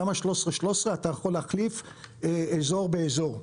בתמ"א 13/13 אתה יכול להחליף אזור באזור,